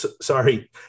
Sorry